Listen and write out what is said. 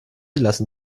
lassen